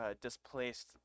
displaced